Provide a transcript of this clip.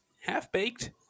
half-baked